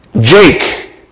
Jake